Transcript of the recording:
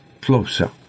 closer